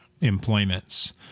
employments